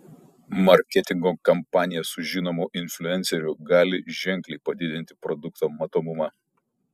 marketingo kampanija su žinomu influenceriu gali ženkliai padidinti produkto matomumą